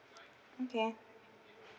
okay